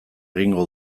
egingo